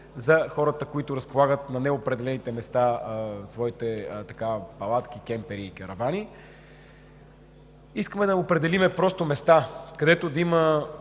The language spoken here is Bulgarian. за хората, които разполагат не на определените места своите палатки, кемпери и каравани. Искаме да определим места, където